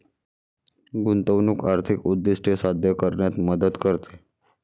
गुंतवणूक आर्थिक उद्दिष्टे साध्य करण्यात मदत करते